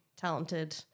talented